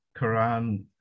Quran